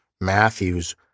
Matthews